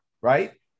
Right